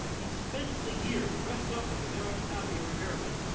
he spent a year dressed up as a xerox copier repairman,